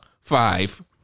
Five